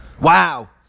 Wow